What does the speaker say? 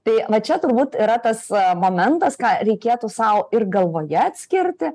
tai va čia turbūt yra tas momentas ką reikėtų sau ir galvoje atskirti